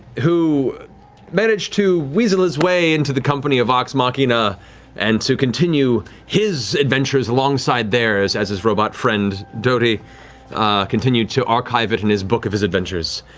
who managed to weasel his way into the company of vox machina and to continue his adventures alongside theirs as his robot friend doty continued to archive it in his book of his adventures.